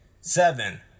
seven